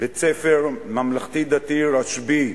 בית-ספר ממלכתי-דתי "רשב"י"